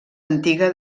antiga